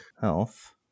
Health